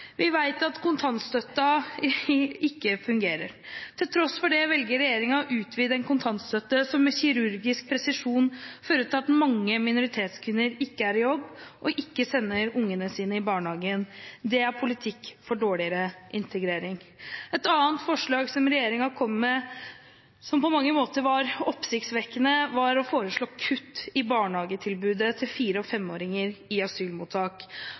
Vi vet at kontantstøtten ikke fungerer. Til tross for det velger regjeringen å utvide en kontantstøtte som med kirurgisk presisjon fører til at mange minoritetskvinner ikke er i jobb, og ikke sender ungene sine i barnehagen. Det er politikk for dårligere integrering. Et annet forslag som regjeringen kom med, som på mange måter var oppsiktsvekkende, var å foreslå kutt i barnehagetilbudet til fire- og femåringer i asylmottak.